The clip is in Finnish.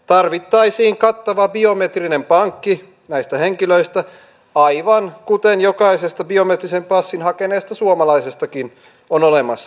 tarvittaisiin kattava biometrinen pankki näistä henkilöistä aivan kuten jokaisesta biometrisen passin hakeneesta suomalaisestakin on olemassa